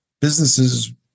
businesses